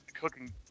cooking